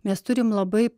mes turim labai